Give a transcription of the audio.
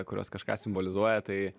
kurios kažką simbolizuoja tai